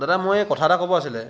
দাদা মই এই কথা এটা ক'ব আছিলে